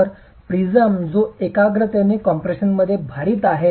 तर प्रिझम जो एकाग्रतेने कॉम्प्रेशनमध्ये भारित आहे